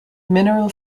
mineral